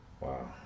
Wow